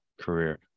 career